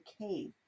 cave